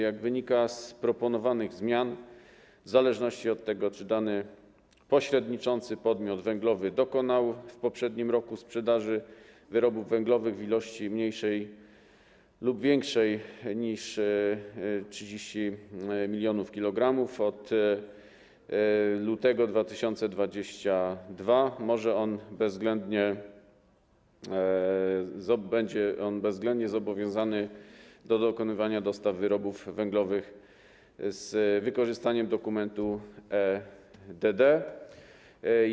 Jak wynika z proponowanych zmian, w zależności od tego, czy dany pośredniczący podmiot węglowy dokonał w poprzednim roku sprzedaży wyrobów węglowych w ilości mniejszej lub większej niż 30 mln kg, od lutego 2022 r. będzie on bezwzględnie zobowiązany do dokonywania dostaw wyrobów węglowych z wykorzystaniem dokumentu e-DD.